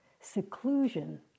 seclusion